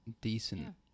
Decent